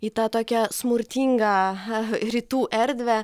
į tą tokią smurtingą rytų erdvę